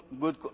good